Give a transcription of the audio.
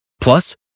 Plus